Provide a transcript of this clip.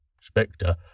Spectre